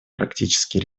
практические